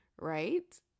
right